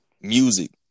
music